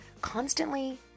constantly